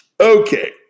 Okay